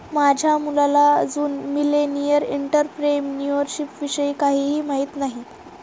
माझ्या मुलाला अजून मिलेनियल एंटरप्रेन्युअरशिप विषयी काहीही माहित नाही